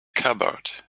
cupboard